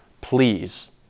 please